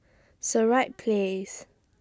Sirat Place